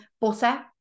butter